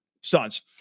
sons